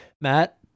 Matt